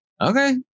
Okay